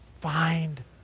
Find